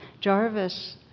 Jarvis